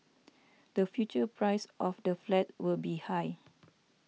the future price of the flat will be high